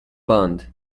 bond